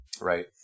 right